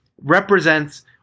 represents